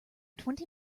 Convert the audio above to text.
twenty